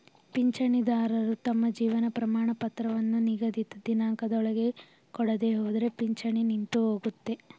ಪಿಂಚಣಿದಾರರು ತಮ್ಮ ಜೀವನ ಪ್ರಮಾಣಪತ್ರವನ್ನು ನಿಗದಿತ ದಿನಾಂಕದೊಳಗೆ ಕೊಡದೆಹೋದ್ರೆ ಪಿಂಚಣಿ ನಿಂತುಹೋಗುತ್ತೆ